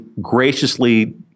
graciously